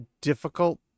difficult